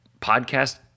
podcast